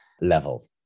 level